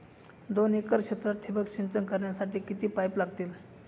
दोन एकर क्षेत्रात ठिबक सिंचन करण्यासाठी किती पाईप लागतील?